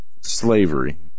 slavery